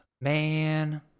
Man